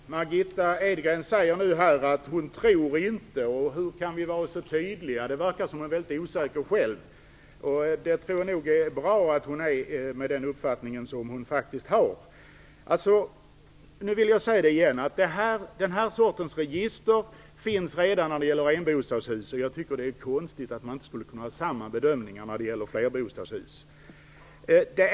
Fru talman! Margitta Edgren talar om vad hon "tror" och frågar hur vi kan vara så tydliga. Det verkar som om hon själv är väldigt osäker, och det tror jag nog är bra med tanke på den uppfattning hon har. Jag upprepar att den här sortens register redan finns när det gäller enbostadshus. Jag tycker att det är konstigt att man inte skulle kunna göra samma bedömning när det gäller flerbostadshus.